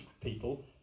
people